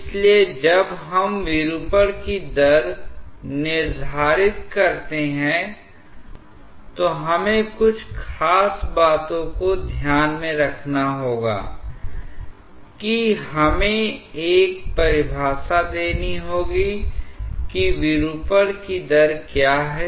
इसलिए जब हम विरूपण की दर निर्धारित करते हैं तो हमें कुछ खास बातों को ध्यान में रखना होगा कि हमें एक परिभाषा देनी होगी कि विरूपण की दर क्या है